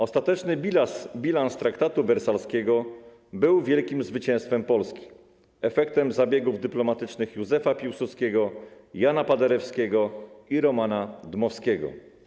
Ostateczny bilans traktatu wersalskiego był wielkim zwycięstwem Polski, efektem zabiegów dyplomatycznych Józefa Piłsudskiego, Jana Paderewskiego i Romana Dmowskiego.